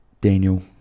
Daniel